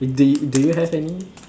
uh do do you have any